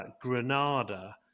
Granada